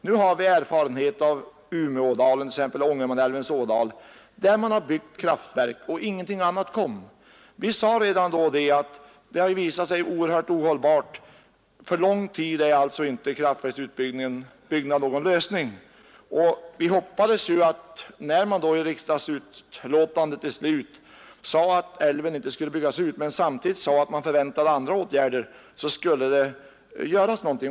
Vi har erfarenheter från t.ex. Umeådalen och Ångermanälvens ådal där man har byggt kraftverk, och ingenting annat kom. Vi sade redan då att argumentet var ohållbart. På lång sikt är alltså kraftverkets utbyggnad inte någon lösning, och vi hoppades att när man i utskottets utlåtande i riksdagen till slut sade att älven inte skulle byggas ut men samtidigt antydde att man förväntade andra åtgärder, så skulle det göras någonting.